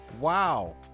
wow